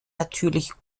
natürlich